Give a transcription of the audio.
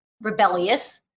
rebellious